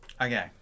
okay